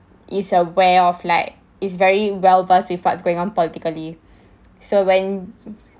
is aware of like is very well versed with what's going on politically so when